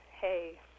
hey